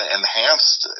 enhanced